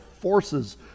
forces